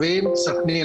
סח'נין,